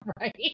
Right